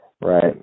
Right